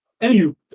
anywho